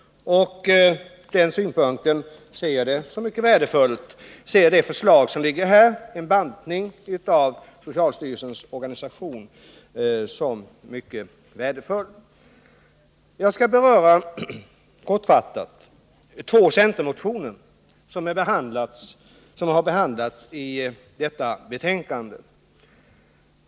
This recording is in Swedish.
Från den synpunkten anser jag det föreliggande förslaget om en bantning av socialstyrelsens organisation vara mycket värdefullt. Jag skall kortfattat beröra två centermotioner som har behandlats i detta betänkande.